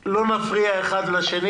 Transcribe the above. לא תוך 120